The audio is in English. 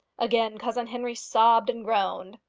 again cousin henry sobbed and groaned.